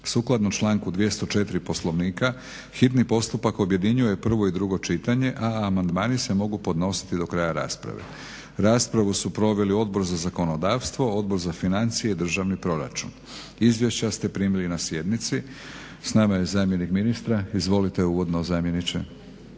Sukladno članku 204. Poslovnika hitni postupak objedinjuje prvo i drugo čitanje, a amandmani se mogu podnositi do kraja rasprave. raspravu su proveli Odbor za zakonodavstvo, Odbor za financije i državni proračun. Izvješća ste primili na sjednici. S nama je zamjenik ministra. Izvolite uvodno zamjeniče.